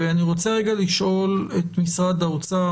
אני רוצה רגע לשאול את משרד האוצר,